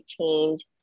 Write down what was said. change